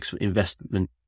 investment